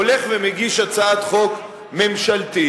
הולך ומגיש הצעת חוק ממשלתית,